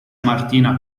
martina